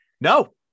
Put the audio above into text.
No